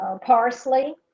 parsley